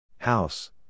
House